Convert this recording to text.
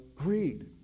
greed